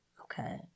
okay